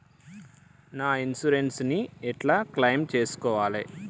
నా ఇన్సూరెన్స్ ని ఎట్ల క్లెయిమ్ చేస్కోవాలి?